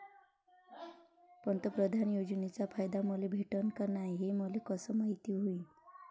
प्रधानमंत्री योजनेचा फायदा मले भेटनं का नाय, हे मले कस मायती होईन?